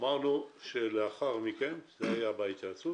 אמרנו שלאחר מכן זה היה בהתייעצות